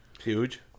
huge